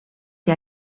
que